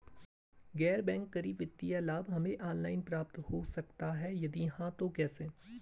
गैर बैंक करी वित्तीय लाभ हमें ऑनलाइन प्राप्त हो सकता है यदि हाँ तो कैसे?